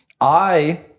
I-